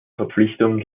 verpflichtung